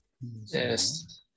yes